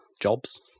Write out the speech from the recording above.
Jobs